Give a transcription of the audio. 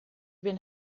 been